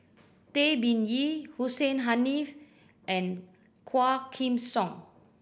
Tay Bin Wee Hussein Haniff and Quah Kim Song